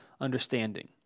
understanding